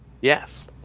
Yes